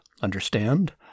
Understand